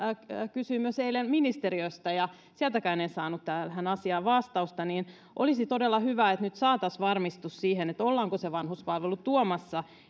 kysyin myös eilen ministeriöstä ja sieltäkään en en saanut tähän asiaan vastausta eli olisi todella hyvä että nyt saataisiin varmistus siihen että ollaanko se vanhuspalvelu tuomassa